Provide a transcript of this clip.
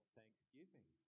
thanksgiving